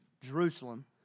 Jerusalem